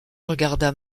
regarda